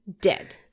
dead